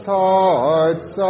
hearts